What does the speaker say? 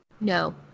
No